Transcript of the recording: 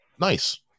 nice